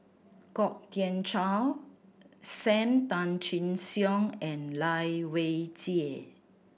Kwok Kian Chow Sam Tan Chin Siong and Lai Weijie